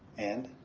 and?